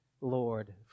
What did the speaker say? Lord